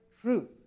truth